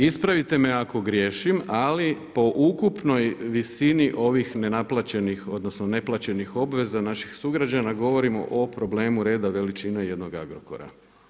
Ispravite me ako griješim, ali po ukupnoj visini ovih nenaplaćenih odnosno neplaćenih obveza naših sugrađana, govorimo o problemu reda veličine jednog Agrokora.